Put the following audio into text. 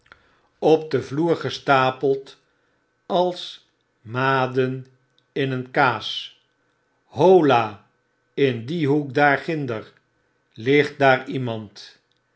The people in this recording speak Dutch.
op den vloer gestapeld als maden ineenkaas hola in dien hoek daar ginder ligt daar iemand